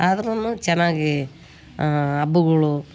ಆದ್ರೂ ಚೆನ್ನಾಗಿ ಹಬ್ಬಗಳು